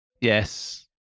Yes